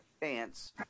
pants